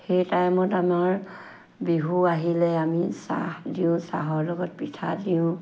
সেই টাইমত আমাৰ বিহু আহিলে আমি চাহ দিওঁ চাহৰ লগত পিঠা দিওঁ